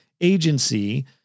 agency